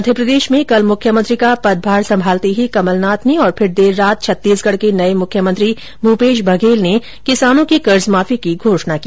मध्यप्रदेश में कल मुख्यमंत्री का पदभार संभालते ही कमलनाथ ने और फिर देर रात छत्तीसगढ़ के नए मुख्यमंत्री भूपेश बघेल किसानों के कर्ज माफी की घोषणा की